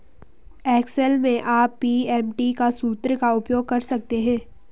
Excel में आप PMT सूत्र का उपयोग कर सकते हैं